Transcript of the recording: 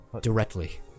Directly